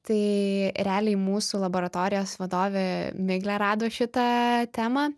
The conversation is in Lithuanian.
tai realiai mūsų laboratorijos vadovė miglė rado šitą temą